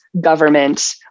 government